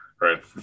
Right